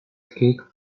cake